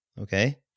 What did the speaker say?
Okay